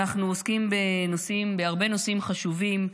אנחנו עוסקים בהרבה נושאים חשובים.